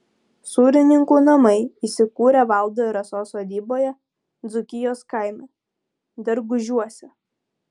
sūrininkų namai įsikūrę valdo ir rasos sodyboje dzūkijos kaime dargužiuose